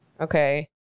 Okay